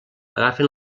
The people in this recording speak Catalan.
agafen